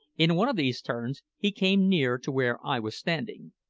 in one of these turns he came near to where i was standing,